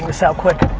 this out quick.